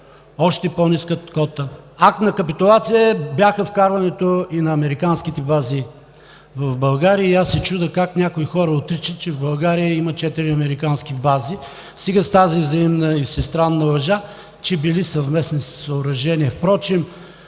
още по-ниска кота; акт на капитулация беше вкарването и на американските бази в България. И аз се чудя как някои хора отричат, че в България има четири американски бази. Стига с тази взаимна и всестранна лъжа, че били съвместни съоръжения.